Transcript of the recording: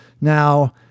Now